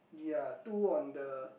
ya two on the